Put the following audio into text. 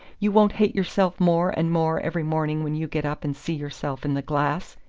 you won't hate yourself more and more every morning when you get up and see yourself in the glass!